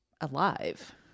alive